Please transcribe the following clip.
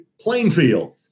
Plainfield